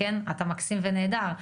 אתה מקסים ונהדר.